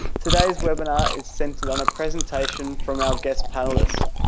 today's webinar is centered on a presentation from our guest panelist